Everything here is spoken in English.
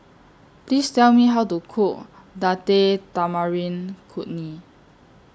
Please Tell Me How to Cook Date Tamarind Chutney